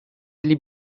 elli